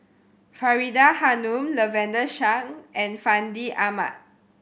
Faridah Hanum Lavender Chang and Fandi Ahmad